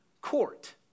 court